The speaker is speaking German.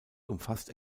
umfasst